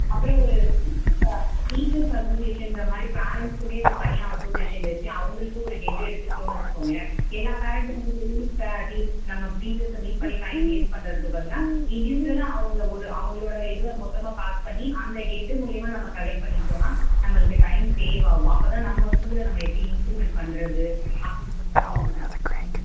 அப்படியே ஒரு டீச்சர்ஸ்ஸை டீச்சர்ஸ் அசோசியேஷங்ற மாதிரி பேரெண்ட்ஸ்சுக்குமே ஒரு தனியாக அசோசியேஷன் வச்சு அவங்களுக்கு ஒரு ஹெட் எடுத்துக்கிட்டோம்ன்னு வச்சுக்கோங்களேன் எல்லா பேரெண்ட்டும் வந்து டெய்லி இப்போ டீ நம்ம டீச்சரஸ்ஸை மீட் பண்ணி டைம் வேஸ்ட் பண்ணுறதுக்கு பதிலாக இண்டிவிஜுவலாக அவங்க ஒரு அவங்களோட இதில் மொத்தமாக பாஸ் பண்ணி அந்த ஹெட்டு மூலிமா நம்ம கலெக்ட் பண்ணிக்கிட்டோம்ன்னால் நம்மளுக்கு டைம் சேவ் ஆகும் அப்போ தான் நம்ம ஸ்கூலில் நம்ம எப்படி இம்ப்ரூமெண்ட் பண்ணுறது அப்படின்ற மாதிரி ம்